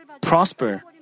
prosper